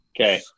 Okay